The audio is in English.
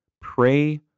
pray